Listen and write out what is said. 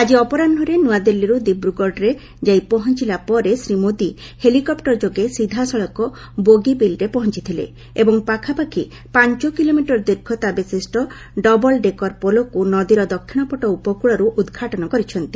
ଆଜି ଅପରାହ୍ନରେ ନୂଆଦିଲ୍ଲୀରୁ ଦିବ୍ରୁଗଡ଼ରେ ଯାଇ ପହଞ୍ଚିଲା ପରେ ଶ୍ରୀ ମୋଦି ହେଲିକପ୍ଟର ଯୋଗେ ସିଧାସଳଖ ବୋଗିବିଲ୍ରେ ପହଞ୍ଚିଥିଲେ ଏବଂ ପାଖାପାଖି ପାଞ୍ଚ କିଲୋମିଟର ଦୀର୍ଘତା ବିଶିଷ୍ଟ ଡବଲ୍ ଡେକର ପୋଲକୁ ନଦୀର ଦକ୍ଷିଣପଟ ଉପକୂଳରୁ ଉଦ୍ଘାଟନ କରିଛନ୍ତି